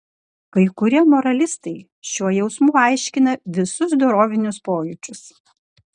kai kurie moralistai šiuo jausmu aiškina visus dorovinius pojūčius